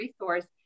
resource